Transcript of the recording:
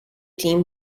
team